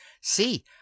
See